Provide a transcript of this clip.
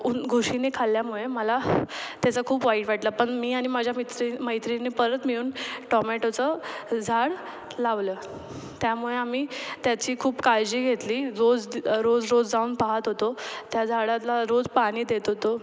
ऊन घुशीनी खाल्ल्यामुळे मला त्याचं खूप वाईट वाटलं पण मी आणि माझ्या मैत्री मैत्रिणी परत मिळून टोमॅटोचं झाड लावलं त्यामुळे आम्ही त्याची खूप काळजी घेतली रोज द रोज रोज जाऊन पाहात होतो त्या झाडांना रोज पाणी देत होतो